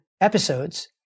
episodes